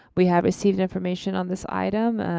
we have received information on this item.